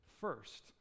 first